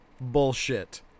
bullshit